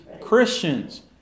Christians